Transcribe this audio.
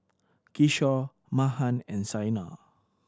Kishore Mahan and Saina